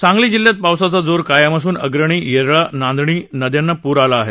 सांगली जिल्ह्यात पावसाचा जोर कायम असून अग्रणी येरळा नांदणी नद्यांना पूर आला आहे